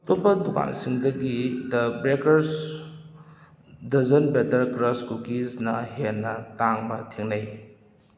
ꯑꯇꯣꯞꯄ ꯗꯨꯀꯥꯟꯁꯤꯡꯗꯒꯤ the breakers dozen butter cross ꯀꯨꯀꯤꯁꯅ ꯍꯦꯟꯅ ꯇꯥꯡꯕ ꯊꯦꯡꯅꯩ